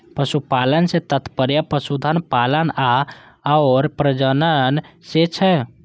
पशुपालन सं तात्पर्य पशुधन पालन आ ओकर प्रजनन सं छै